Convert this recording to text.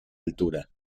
altura